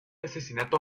asesinato